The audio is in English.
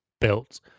built